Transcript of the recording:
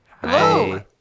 Hello